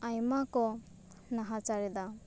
ᱟᱭᱢᱟ ᱠᱚ ᱱᱟᱦᱟᱪᱟᱨ ᱮᱫᱟ